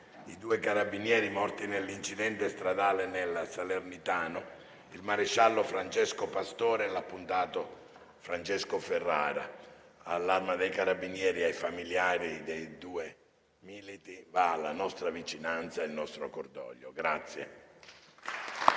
i due Carabinieri morti nell'incidente stradale nel Salernitano, il maresciallo Francesco Pastore e l'appuntato Francesco Ferrara. All'Arma dei Carabinieri e ai familiari dei due militi vanno la nostra vicinanza e il nostro cordoglio.